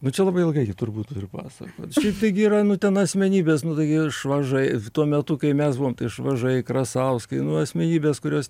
nu čia labai ilgai turbūt ir pasakot šiaip taigi yra nu ten asmenybės nu taigi švažai tuo metu kai mes buvom tai švažai krasauskai nu asmenybės kurios